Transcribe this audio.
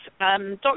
Dr